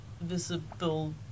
visible